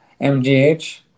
mgh